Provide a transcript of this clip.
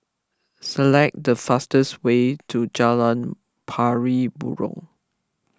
select the fastest way to Jalan Pari Burong